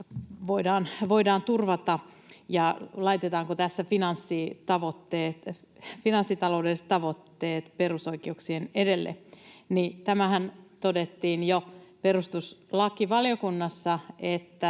voidaan turvata ja laitetaanko tässä finanssitaloudelliset tavoitteet perusoikeuksien edelle, niin tämähän todettiin jo perustuslakivaliokunnassa, että